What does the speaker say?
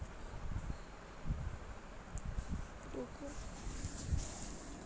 होर